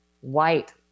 white